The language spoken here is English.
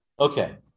Okay